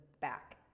back